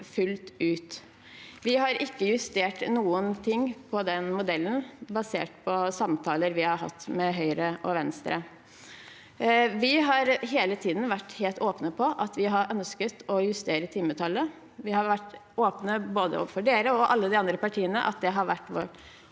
Vi har ikke justert noen ting på den modellen basert på samtaler vi har hatt med Høyre og Venstre. Vi har hele tiden vært helt åpne på at vi har ønsket å justere timetallet. Vi har vært åpne både overfor de